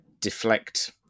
deflect